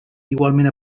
igualment